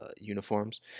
uniforms